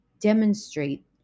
demonstrate